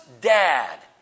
dad